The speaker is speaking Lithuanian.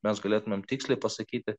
mes galėtumėm tiksliai pasakyti